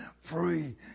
free